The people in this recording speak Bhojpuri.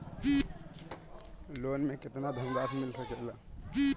लोन मे केतना धनराशी मिल सकेला?